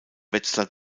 wetzlar